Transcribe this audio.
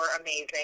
amazing